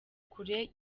kure